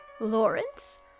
Lawrence